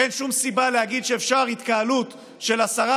אין שום סיבה להגיד שאפשר התקהלות של עשרה